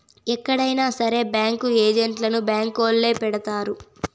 ఎక్కడైనా సరే బ్యాంకు ఏజెంట్లను బ్యాంకొల్లే పెడతారు